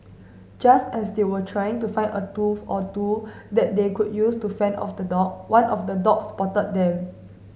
just as they were trying to find a tool or two that they could use to fend off the dog one of the dogs spotted them